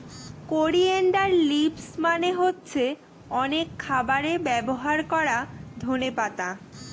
coriander leaves মানে হচ্ছে অনেক খাবারে ব্যবহার করা ধনে পাতা